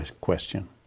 question